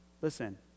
Listen